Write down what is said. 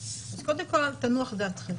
כל, תנוח דעתכם.